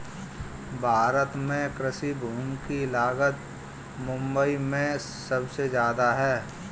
भारत में कृषि भूमि की लागत मुबई में सुबसे जादा है